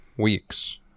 Weeks